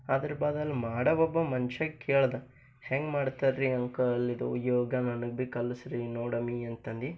ಅದರ ಬದಲು ಮಾಡೋ ಒಬ್ಬ ಮನುಷ್ಯಾಗ್ ಕೇಳ್ದೆ ಹೆಂಗೆ ಮಾಡ್ತಾರ ರೀ ಅಂಕಲ್ ಇದು ಯೋಗ ನನಗ್ ಬಿ ಕಲಸಿ ರೀ ನೋಡಮೀ ಅಂತಂದು